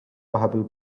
vahepeal